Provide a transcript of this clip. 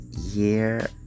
year